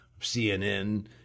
CNN